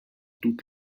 toute